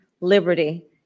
liberty